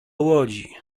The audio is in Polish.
łodzi